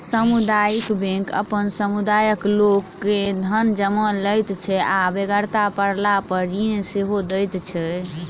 सामुदायिक बैंक अपन समुदायक लोक के धन जमा लैत छै आ बेगरता पड़लापर ऋण सेहो दैत छै